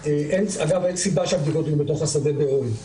אגב, אין סיבה שהבדיקות יהיו בתוך השדה באוהל.